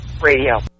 Radio